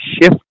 shift